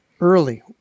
early